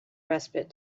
respite